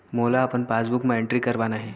मोला अपन पासबुक म एंट्री करवाना हे?